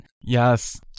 Yes